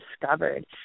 discovered